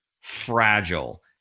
fragile